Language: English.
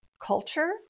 culture